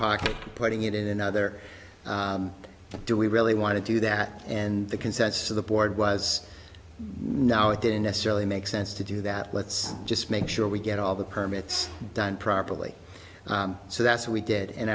pocket putting it in another do we really want to do that and the consensus of the board was no it didn't necessarily make sense to do that let's just make sure we get all the permits done properly so that's what we did and